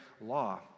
law